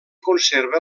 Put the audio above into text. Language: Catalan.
conserva